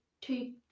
two